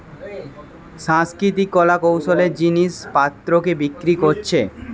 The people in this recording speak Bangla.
সাংস্কৃতিক কলা কৌশলের জিনিস পত্রকে বিক্রি কোরছে